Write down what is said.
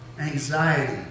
anxiety